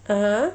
(uh huh)